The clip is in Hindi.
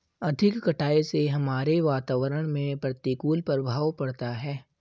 अधिक कटाई से हमारे वातावरण में प्रतिकूल प्रभाव पड़ता है